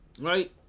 right